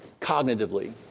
cognitively